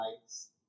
lights